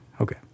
Okay